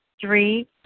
Three